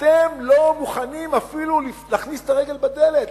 אתם לא מוכנים אפילו להכניס את הרגל בדלת?